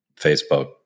Facebook